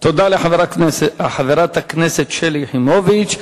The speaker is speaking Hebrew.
תודה לחברת הכנסת שלי יחימוביץ.